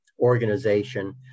organization